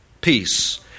peace